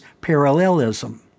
parallelism